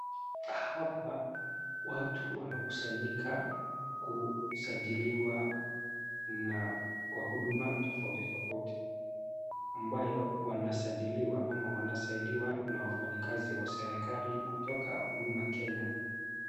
Hapa watu wamekusanyika kusajiliwa na kwa huduma tofauti tofauti, ambayo wanasajiliwa au wanasaidiwa na wafanyikazi wa serikali kutoka Huduma Kenya.